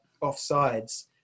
offsides